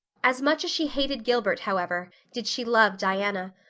as much as she hated gilbert, however, did she love diana,